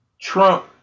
Trump